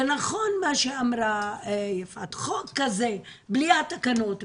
ונכון מה שאמרה יפעת: חוק כזה בלי התקנות,